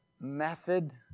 method